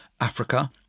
Africa